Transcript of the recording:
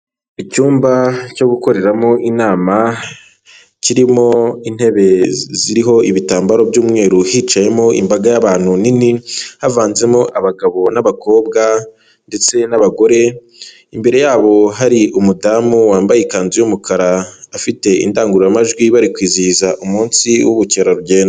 Icyumba cyo gukoreramo inama, kirimo intebe ziriho ibitambaro by'umweru hicayemo imbaga y'abantu nini, havanzemo abagabo n'abakobwa ndetse n'abagore, imbere yabo hari umudamu wambaye ikanzu y'umukara, afite indangururamajwi, bari kwizihiza umunsi w'ubukerarugendo.